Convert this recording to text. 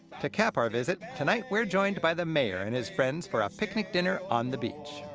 to cap our visit, tonight, we're joined by the mayor and his friends for a picnic dinner on the beach.